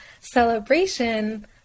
celebration